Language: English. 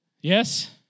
Yes